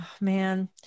man